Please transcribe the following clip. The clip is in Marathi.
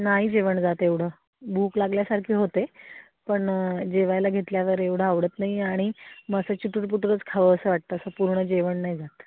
नाही जेवण जात एवढं भूक लागल्यासारखी होते पण जेवायला घेतल्यावर एवढं आवडत नाही आणि मग असं चिटूर पुटूरच खावंसं वाटतं असं पूर्ण जेवण नाही जातं